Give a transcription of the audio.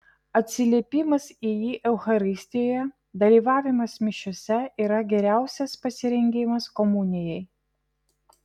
atsiliepimas į jį eucharistijoje dalyvavimas mišiose yra geriausias pasirengimas komunijai